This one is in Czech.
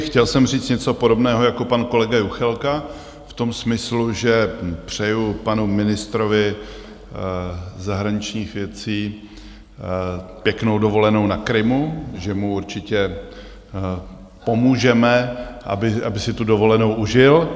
Chtěl jsem říct něco podobného jako pan kolega Juchelka v tom smyslu, že přeju panu ministrovi zahraničních věcí pěknou dovolenou na Krymu, že mu určitě pomůžeme, aby si tu dovolenou užil.